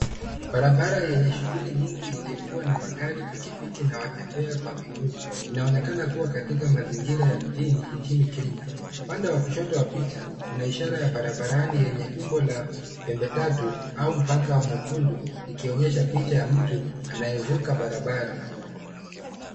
Barabara yenye shughuli nyingi iliyokuwa na magari, pikipiki na watembea kwa miguu. Inaonekana kuwa katika mazingira ya mjini nchini Kenya. Upande wa kushoto wa picha, kuna ishara ya barabarani yenye umbo la pembe tatu au mpaka mwekundu ikionyesha picha ya mtu anayevuka barabara.